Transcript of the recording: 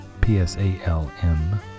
p-s-a-l-m